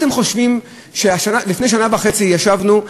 לפני שנה וחצי ישבנו,